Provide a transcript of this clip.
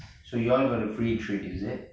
so you all got a free treat is it